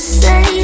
say